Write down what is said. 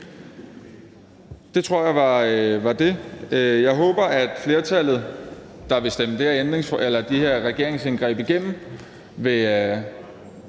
Jeg tror, det var det. Jeg håber, at flertallet, der vil stemme de her regeringsindgreb igennem, vil